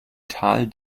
tal